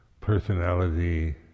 personality